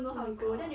oh my god